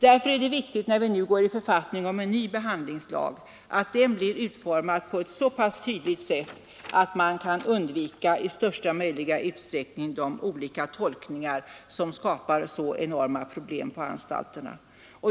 När vi nu går i författning om en ny behandlingslag är det därför viktigt att den blir utformad så tydligt att man i största möjliga utsträckning kan undvika de olika tolkningar som skapar så enorma problem på anstalterna.